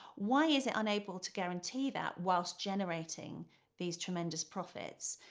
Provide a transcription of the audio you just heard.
why is it unable to guarantee that whilst generating these tremendous profits?